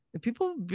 people